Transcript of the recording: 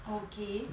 okay